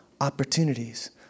opportunities